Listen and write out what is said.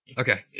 Okay